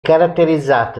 caratterizzata